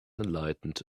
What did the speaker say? enlightened